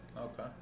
Okay